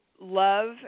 love